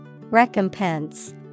Recompense